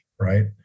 right